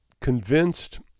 convinced